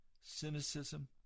cynicism